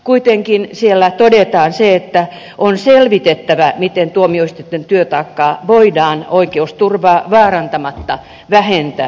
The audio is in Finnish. kuitenkin siellä todetaan se että on selvitettävä miten tuomioistuinten työtaakkaa voidaan oikeusturvaa vaarantamatta vähentää